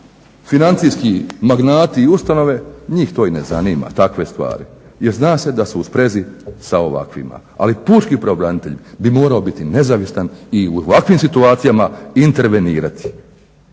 financijski magnati i ustanove njih to i ne zanima, takve stvari jer zna se da su u sprezi sa ovakvim, ali pučki pravobranitelj bi morao biti nezavisan i u ovakvim situacijama intervenirati.